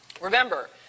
Remember